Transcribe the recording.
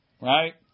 right